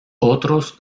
otros